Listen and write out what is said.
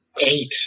Eight